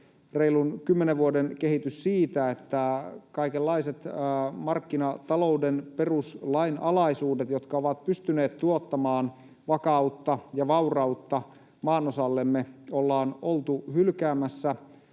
reilun kymmenen vuoden kehitys, että kaikenlaiset markkinatalouden peruslainalaisuudet, jotka ovat pystyneet tuottamaan vakautta ja vaurautta maanosallemme, ollaan oltu hylkäämässä